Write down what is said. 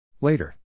Later